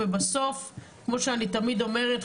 ובסוף כמו שאני תמיד אומרת,